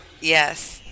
Yes